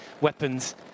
Weapons